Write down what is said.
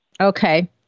Okay